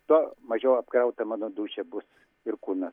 tuo mažiau apkrauta mano dūšia bus ir kūnas